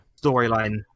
storyline